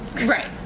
Right